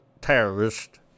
terrorist